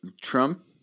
Trump